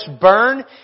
burn